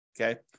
Okay